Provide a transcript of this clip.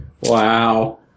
Wow